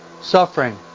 suffering